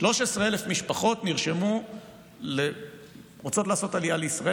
ש-13,000 משפחות רוצות לעשות עלייה לישראל,